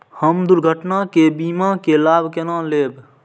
हम दुर्घटना के बीमा के लाभ केना लैब?